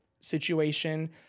situation